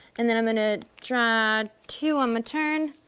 and then i'm gonna draw two on my turn,